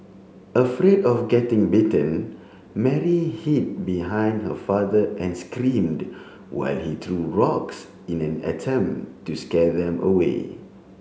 afraid of getting bitten Mary hid behind her father and screamed while he threw rocks in an attempt to scare them away